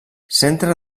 centre